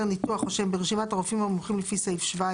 ניתוח או שהם ברשימת הרופאים המומחים לפי סעיף 17,